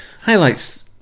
highlights